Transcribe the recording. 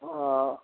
हा